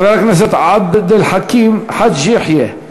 חבר הכנסת עבד אל חכים חאג' יחיא,